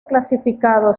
clasificado